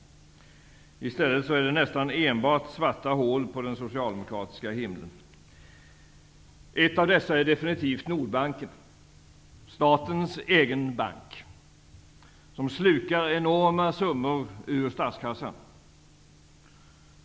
I stället är det nästan enbart svarta hål på den socialdemokratiska himlen. Ett av dessa är definitivt Nordbanken, statens egen bank. Den slukar enorma summor ur statskassan.